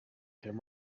came